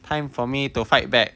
time for me to fight back